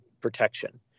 protection